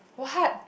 what